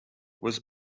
was